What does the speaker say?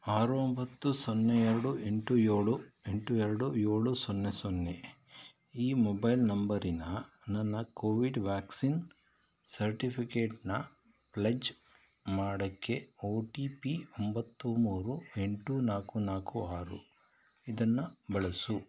ಆರು ಒಂಬತ್ತು ಸೊನ್ನೆ ಎರಡು ಎಂಟು ಏಳು ಎಂಟು ಎರಡು ಏಳು ಸೊನ್ನೆ ಸೊನ್ನೆ ಈ ಮೊಬೈಲ್ ನಂಬರಿನ ನನ್ನ ಕೋವಿಡ್ ವ್ಯಾಕ್ಸಿನ್ ಸರ್ಟಿಫಿಕೇಟ್ನ ಪ್ಲೆಜ್ ಮಾಡೋಕ್ಕೆ ಓ ಟಿ ಪಿ ಒಂಬತ್ತು ಮೂರು ಎಂಟು ನಾಲ್ಕು ನಾಲ್ಕು ಆರು ಇದನ್ನು ಬಳಸು